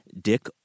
Dick